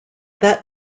that